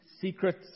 secrets